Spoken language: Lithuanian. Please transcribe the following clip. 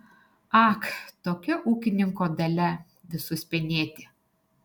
ak tokia ūkininko dalia visus penėti